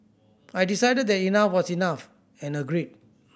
I decided that enough was enough and agreed